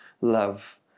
love